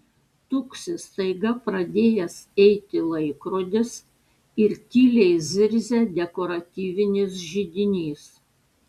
tuksi staiga pradėjęs eiti laikrodis ir tyliai zirzia dekoratyvinis židinys